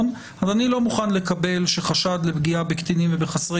אז אני לא מוכן לקבל שחשד לפגיעה בקטינים ובחסרי